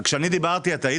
כשאני דיברתי, את היית כאן?